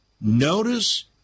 Notice